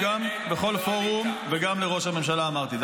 וגם לראש הממשלה אמרתי את זה.